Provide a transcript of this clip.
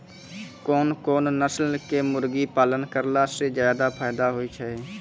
कोन कोन नस्ल के मुर्गी पालन करला से ज्यादा फायदा होय छै?